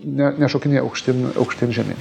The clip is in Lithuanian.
ne nešokinėja aukštyn aukštyn žemyn